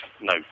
no